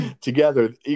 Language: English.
together